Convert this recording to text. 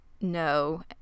no